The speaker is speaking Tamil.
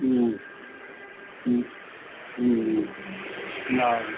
ம் ம் ம் ஆ